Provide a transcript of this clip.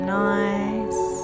nice